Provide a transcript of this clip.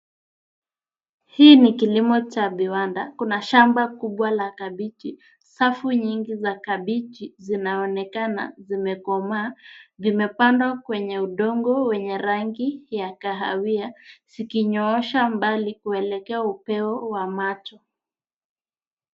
Hii ni kilimo cha viwanda. Kuna shamba kubwa la kabichi. Safu nyingi za kabichi zinaonekana zimekomaa. Vimepandwa kwenye udongo wa rangi ya kahawia, zikinyoosha mbali kuelekea upeo wa macho.